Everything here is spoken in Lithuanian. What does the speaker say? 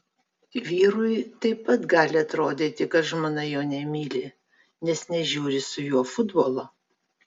vyrui taip pat gali atrodyti kad žmona jo nemyli nes nežiūri su juo futbolo